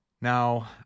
Now